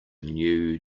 new